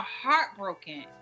heartbroken